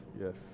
Yes